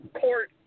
court